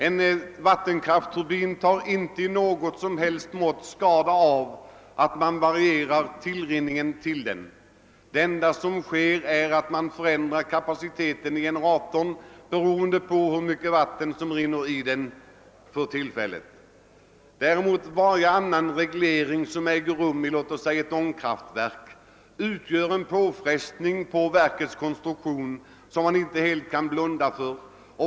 En vattenkraftsturbin tar inte på något som helst sätt skada av att man varierar tillrinningen till den. Det enda som sker är att man förändrar kapaciteten i generatorn beroende på hur mycket vatten som rinner i den för tillfället. Däremot utgör varje annan reglering, t.ex. den som äger rum i ett ångkraftverk, en påfrestning på verkets konstruktion som man inte helt kan blunda för.